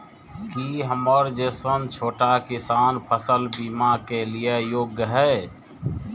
की हमर जैसन छोटा किसान फसल बीमा के लिये योग्य हय?